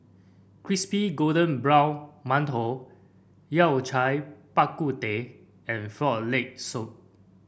Crispy Golden Brown Mantou Yao Cai Bak Kut Teh and Frog Leg Soup